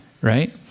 right